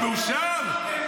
אני מאושר?